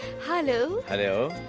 hello! hello!